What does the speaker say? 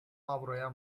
avroya